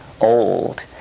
old